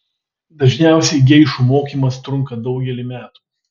dažniausiai geišų mokymas trunka daugelį metų